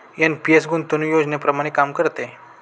NPS गुंतवणूक योजनेप्रमाणे काम करते